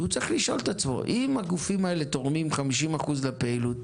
והוא צריך לשאול את עצמו: אם הגופים האלה תורמים 50% לפעילות,